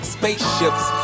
spaceships